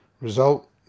Result